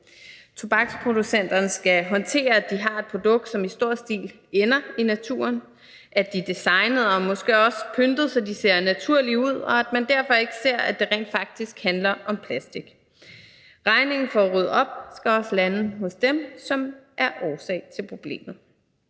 Tobaksproducenterne skal håndtere, at de har et produkt, som i stor stil ender i naturen, at de er designet og måske også pyntet, så de ser naturlige ud, og at man derfor ikke ser, at det rent faktisk handler om plastik. Regningen for at rydde op skal også lande hos dem, som er årsag til problemet.